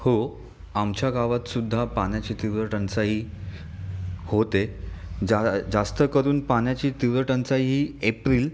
हो आमच्या गावात सुद्धा पाण्याची तीव्र टंचाई होते जा जास्त करून पाण्याची तीव्र टंचाई ही एप्रिल